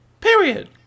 period